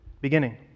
beginning